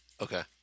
Okay